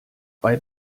bei